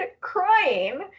crying